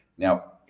Now